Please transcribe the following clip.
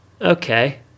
Okay